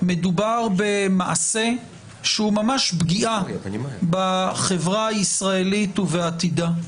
מדובר במעשה שהוא ממש פגיעה בחברה הישראלית ובעתידה.